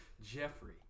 Jeffrey